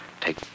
take